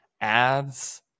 ads